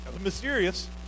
mysterious